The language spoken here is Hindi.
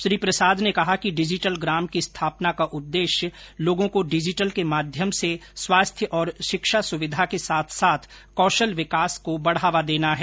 श्री प्रसाद ने कहा कि डिजिटल ग्राम की स्थापना का उद्देश्य लोगों को डिजिटल के माध्यम से स्वास्थ्य और शिक्षा सुविधा के साथ साथ कौशल विकास को बढ़ावा देना है